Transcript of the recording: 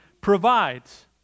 provides